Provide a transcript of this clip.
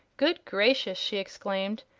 good gracious! she exclaimed.